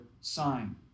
sign